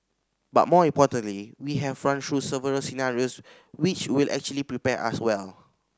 but more importantly we have run through several scenarios which will actually prepare us well